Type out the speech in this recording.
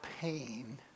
pain